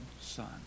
son